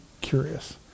curious